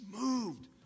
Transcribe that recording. moved